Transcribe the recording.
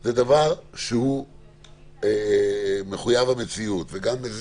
זה דבר שהוא מחויב המציאות, וגם איזה